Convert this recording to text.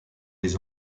les